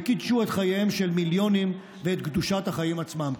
וקידשו את חייהם של מיליונים ואת קדושת החיים עצמם.